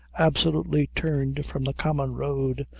absolutely turned from the common road,